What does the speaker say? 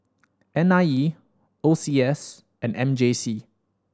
N I E O C S and M J C